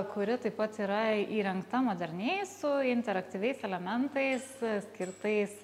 kuri taip pat yra įrengta moderniai su interaktyviais elementais skirtais